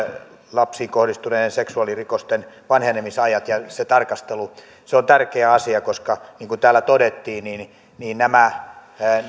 lapsiin kohdistuvien seksuaalirikosten vanhenemisajat se tarkastelu on tärkeä asia koska niin kuin täällä todettiin nämä